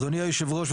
אדוני היושב ראש,